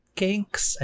kinks